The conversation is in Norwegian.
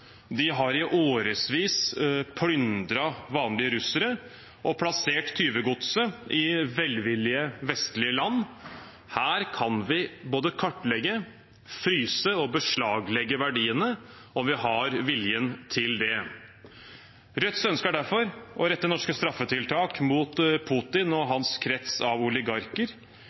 har i årevis plyndret vanlige russere og plassert tyvegodset i velvillige vestlige land. Her kan vi både kartlegge, fryse og beslaglegge verdiene, om vi har viljen til det. Rødts ønske er derfor å rette norske straffetiltak mot Putin og hans krets av oligarker.